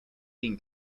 been